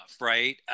right